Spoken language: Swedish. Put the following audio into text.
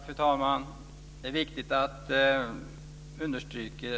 Fru talman!